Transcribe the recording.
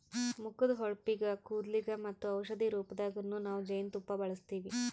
ಮುಖದ್ದ್ ಹೊಳಪಿಗ್, ಕೂದಲಿಗ್ ಮತ್ತ್ ಔಷಧಿ ರೂಪದಾಗನ್ನು ನಾವ್ ಜೇನ್ತುಪ್ಪ ಬಳಸ್ತೀವಿ